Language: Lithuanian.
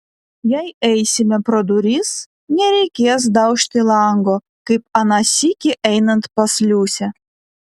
jei eisime pro duris nereikės daužti lango kaip aną sykį einant pas liusę